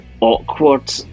awkward